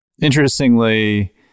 interestingly